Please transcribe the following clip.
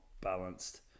balanced